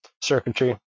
Circuitry